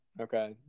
Okay